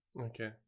Okay